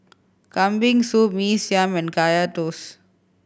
Kambing Soup Mee Siam and Kaya Toast